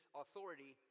authority